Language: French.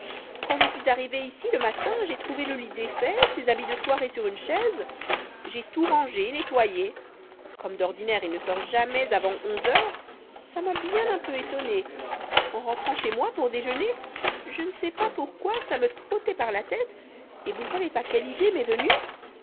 quand je suis arrivée ici le matin j'ai trouvé le lit défait ses habite de soirée sur une chaise j'ai tout rangé nettoyé comme d'ordinaire il ne sort jamais avant onze heures ça m'a bien un peu étonnée en rentrant chez moi pour déjeuner je ne sais pas pourquoi ça me trottait par la tête et vous ne savez pas quelle idée m'est venue